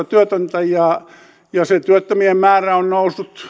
työtöntä ja se työttömien määrä on noussut